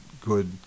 good